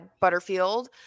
Butterfield